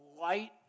light